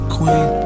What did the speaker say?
Queen